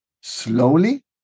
slowly